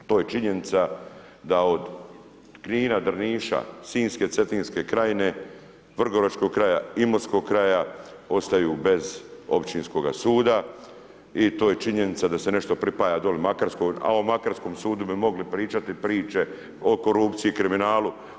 To je činjenica da od Knina, Drniša, Sinjske, Cetinske krajine, Vrgoračkog kraja, Imotskog kraja ostaju bez općinskoga suda i to je činjenica da se nešto pripaja dolje Makarskoj a o makarskom sudu bi mogli pričati priče o korupciji i kriminalu.